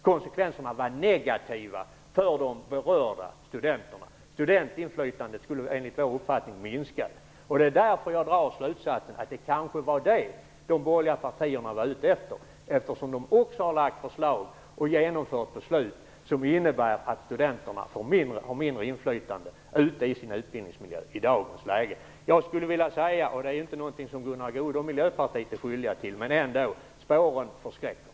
Konsekvenserna var negativa för de berörda studenterna. Studentinflytandet skulle, enligt vår uppfattning, minska. Det är därför jag drar slutsatsen att det kanske var det de borgerliga partierna var ute efter. De har också lagt fram förslag och genomfört beslut som innebär att studenterna i dagens läge får mindre och mindre inflytande i sina utbildningsmiljöer. Jag skulle vilja säga - och det är inte något som Gunnar Goude och Miljöpartiet är skyldiga till - att spåren förskräcker.